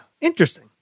Interesting